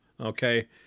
Okay